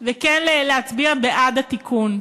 וכן להצביע בעד התיקון.